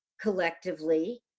collectively